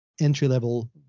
entry-level